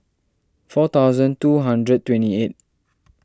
four thousand two hundred twenty eight